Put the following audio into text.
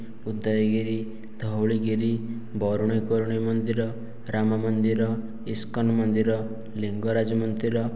ଉଦୟଗିରି ଧଉଳିଗିରି ବରୁଣେଇ କରୁଣେଇ ମନ୍ଦିର ରାମ ମନ୍ଦିର ଇସ୍କନ ମନ୍ଦିର ଲିଙ୍ଗରାଜ ମନ୍ଦିର